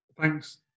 Thanks